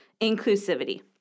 inclusivity